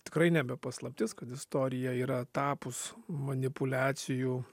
tikrai nebe paslaptis kad istorija yra tapus manipuliacijų